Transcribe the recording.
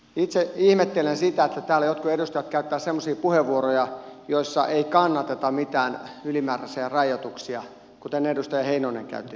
itse ihmettelen sitä että täällä jotkut edustajat käyttävät semmoisia puheenvuoroja joissa ei kannateta mitään ylimääräisiä rajoituksia kuten edustaja heinonen käytti tällaisen puheenvuoron